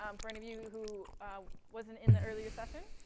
um for any of you who wasn't in the earlier session.